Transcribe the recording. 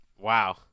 Wow